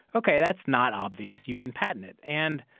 ok, that's not obvious. you can patent it. and,